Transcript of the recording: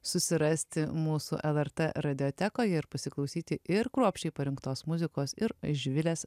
susirasti mūsų lrt radiotekoj ir pasiklausyti ir kruopščiai parinktos muzikos ir živilės